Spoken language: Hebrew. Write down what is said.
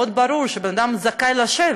מאוד ברור שבן-אדם זכאי לשבת,